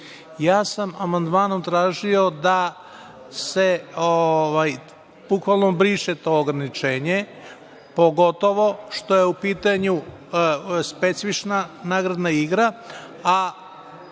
Ja sam amandmanom tražio da se briše to ograničenje, pogotovo što je u pitanju specifična nagradna igra,